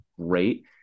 great